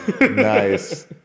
Nice